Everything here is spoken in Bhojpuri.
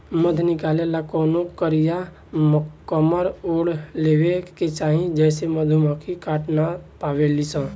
मध निकाले ला कवनो कारिया कमर ओढ़ लेवे के चाही जेसे मधुमक्खी काट ना पावेली सन